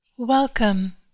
welcome